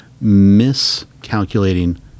miscalculating